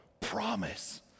promise